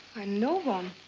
ah no one.